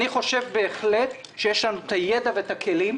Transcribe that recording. אני חושב בהחלט שיש לנו את הידע ואת הכלים,